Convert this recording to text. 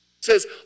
says